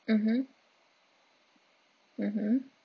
mmhmm mmhmm